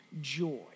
joy